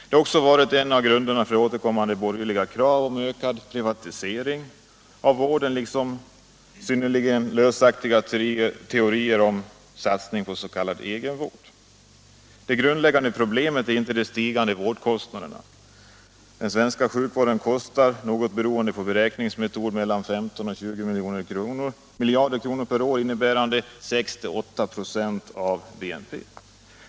Det har också varit en av grunderna för återkommande borgerliga krav på ökad privatisering av vården liksom synnerligen lösliga teorier om satsning på s.k. egenvård. Det grundläggande problemet är inte de stigande vårdkostnaderna. Den svenska sjukvården kostar — något beroende på beräkningsmetod — mellan 15 och 20 miljarder kronor per år, innebärande 6-8 26 av BNP.